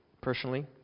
personally